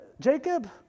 Jacob